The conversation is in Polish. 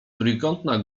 trójkątna